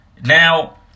Now